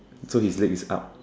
so his leg is up